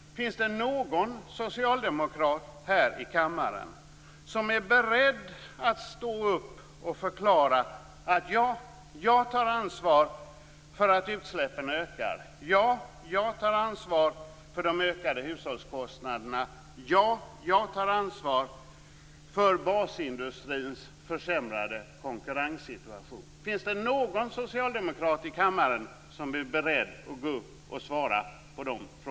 Finns det någon socialdemokrat i denna kammare som är beredd att förklara sig villig att ta ansvar för att utsläppen ökar, för de ökade hushållskostnaderna och för basindustrins försämrade konkurrenssituation? Finns det någon socialdemokrat i denna kammare som alltså är beredd att ge ett svar?